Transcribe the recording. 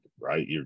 right